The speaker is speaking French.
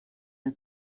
une